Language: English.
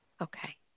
Okay